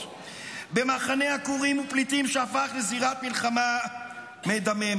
במחנה עקורים ופליטים שהפך לזירת מלחמה מדממת.